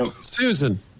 Susan